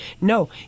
No